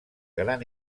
gran